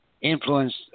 influenced